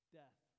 death